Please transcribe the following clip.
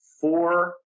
four